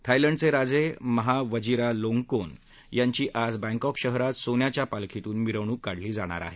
थायलंडचे राजे Maha Vajiralongkorn यांची आज बैंकॉक शहरात सोन्याच्या पालखीतून मिरवणूक काढली जाणार आहे